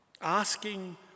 asking